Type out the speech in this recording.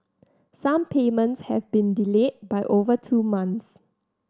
some payments have been delayed by over two months